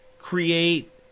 create